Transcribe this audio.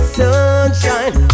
sunshine